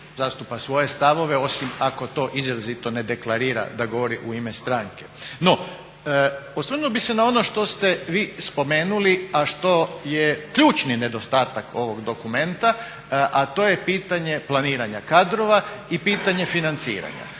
zastupa svoje stavove osim ako to izrazito ne deklarira da govori u ime stranke. No, osvrnuo bih se na ono što ste vi spomenuli a što je ključni nedostatak ovog dokumenta a to je pitanje planiranja kadrova i pitanje financiranja.